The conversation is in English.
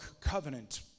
covenant